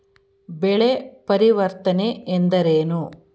ಬೆಳೆ ಪರಿವರ್ತನೆ ಎಂದರೇನು?